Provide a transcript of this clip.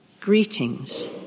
Greetings